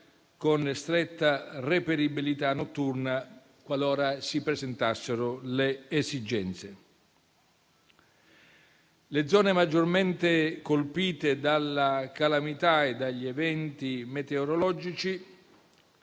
con stretta reperibilità notturna, qualora se ne presentasse l'esigenza. Le zone maggiormente colpite dalla calamità e dagli eventi meteorologici